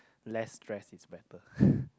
less stress is better